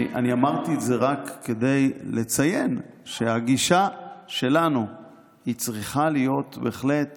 אמרתי את זה רק כדי לציין שהגישה שלנו צריכה להיות בהחלט